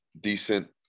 decent –